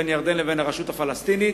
ירדן והרשות הפלסטינית.